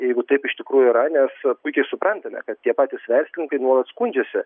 jeigu taip iš tikrųjų yra nes puikiai suprantame kad tie patys verslininkai nuolat skundžiasi